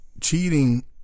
Cheating